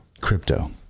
crypto